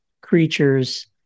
creatures